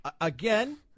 again